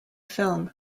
film